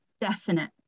definite